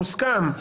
מוסכם.